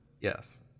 Yes